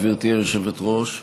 גברתי היושבת-ראש,